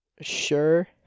sure